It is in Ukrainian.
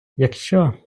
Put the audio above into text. якщо